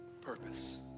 purpose